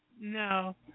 No